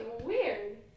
weird